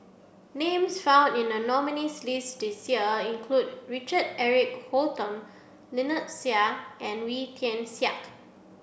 names found in the nominees' list this year include Richard Eric Holttum Lynnette Seah and Wee Tian Siak